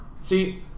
See